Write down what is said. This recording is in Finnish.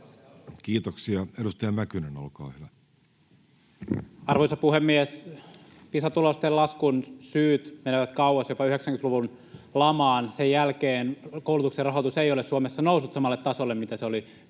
Kiitoksia. — Edustaja Mäkynen, olkaa hyvä. Arvoisa puhemies! Pisa-tulosten laskun syyt menevät kauas, jopa 90‑luvun lamaan. Sen jälkeen koulutuksen rahoitus ei ole Suomessa noussut samalle tasolle, mitä se oli